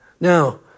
Now